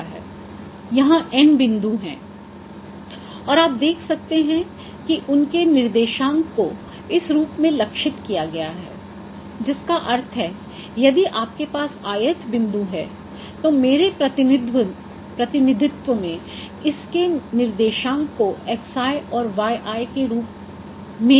यहाँ n बिन्दु हैं और आप देख सकते हैं कि उनके निर्देशांक को इस रूप में लक्षित किया गया है जिसका अर्थ है यदि आपके पास i th बिंदु है तो मेरे प्रतिनिधित्व में इसके निर्देशांक को xi और yi के रूप में दर्शाया गया है